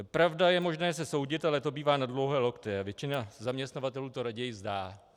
Pravda, je možné se soudit, ale to bývá na dlouhé lokte a většina zaměstnavatelů to raději vzdá.